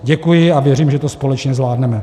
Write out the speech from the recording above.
Děkuji a věřím, že to společně zvládneme.